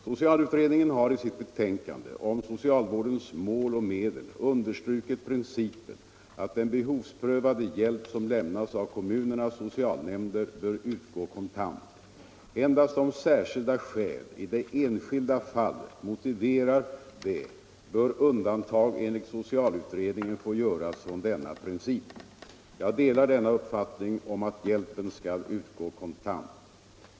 Socialutredningen har i sitt betänkande om socialvårdens mål och medel understrukit principen att den behovsprövade hjälp som lämnas av kommunernas socialnämnder bör utgå kontant. Endast om särskilda skäl i det enskilda fallet motiverar det bör undantag enligt socialutredningen få göras från denna princip. Jag delar denna uppfattning om att hjälpen skall utgå kontant.